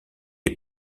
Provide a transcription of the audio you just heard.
est